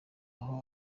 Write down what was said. naho